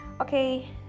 okay